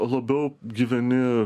labiau gyveni